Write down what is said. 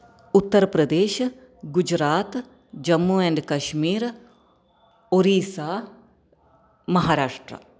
Uttar Pradesh Gujarat Jammu and Kashmir Orissa Maharashtra